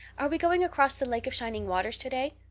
are we going across the lake of shining waters today?